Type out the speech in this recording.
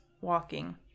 walking